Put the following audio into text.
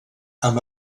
amb